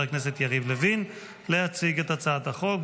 הכנסת יריב לוין להציג את הצעת החוק.